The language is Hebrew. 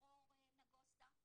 דרור נגוסה,